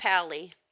pally